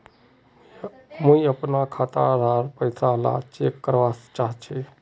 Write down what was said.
मुई अपना खाता डार पैसा ला चेक करवा चाहची?